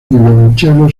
violonchelo